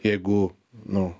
jeigu nu